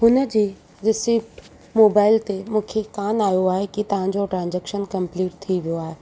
हिन जी receipt mobile ते मूंखे कोन आयो आहे की तव्हांजो ट्रांजेक्शन कमप्लीट थी वियो आहे